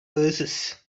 oasis